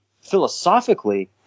philosophically